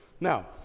Now